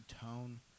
tone